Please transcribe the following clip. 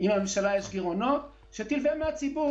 אם לממשלה יש גירעונות, שתלווה מהציבור.